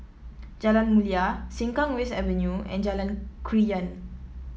Jalan Mulia Sengkang West Avenue and Jalan Krian